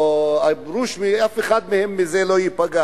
אפשר לדבר גם פחות.